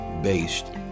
based